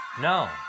No